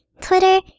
Twitter